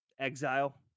exile